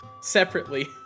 Separately